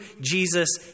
Jesus